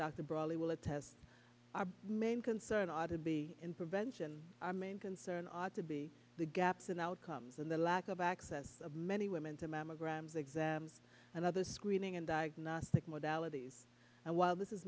dr brawley will attest our main concern ought to be in prevention our main concern ought to be the gaps in outcomes and the lack of access of many women to mammograms exams and other screening and diagnostic mode ality while this is